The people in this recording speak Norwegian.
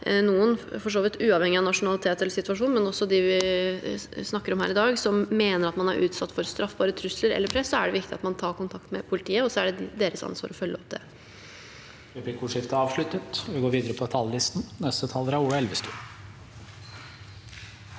vidt uavhengig av nasjonalitet eller situasjon, men også dem vi snakker om her i dag – som mener at man er utsatt for straffbare trusler eller press, er det viktig at man tar kontakt med politiet, og så er det deres ansvar å følge opp det.